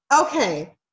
okay